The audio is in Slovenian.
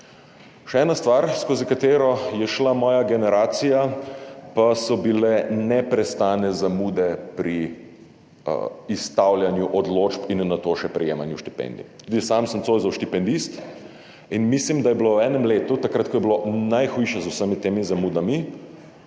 Še ena stvar, skozi katero je šla moja generacija, pa so bile neprestane zamude pri izstavljanju odločb in nato še prejemanju štipendij. Tudi sam sem Zoisov štipendist in mislim, da je bila v enem letu, takrat ko je bilo najhujše z vsemi temi zamudami,